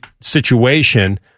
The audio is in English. situation